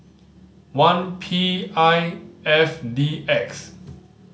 one P I F D X